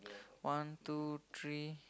one two three